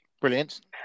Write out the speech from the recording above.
brilliant